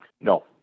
No